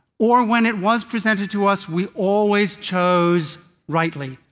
or when it was presented to us, we always chose rightly.